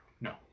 No